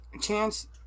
chance